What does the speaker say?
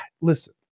listen